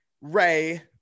Ray